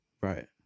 Right